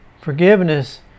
Forgiveness